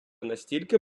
настільки